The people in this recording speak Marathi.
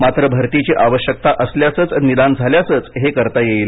मात्र भरतीची आवश्यकता असल्याचं निदान झाल्यासच हे करता येईल